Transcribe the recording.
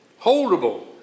holdable